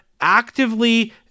actively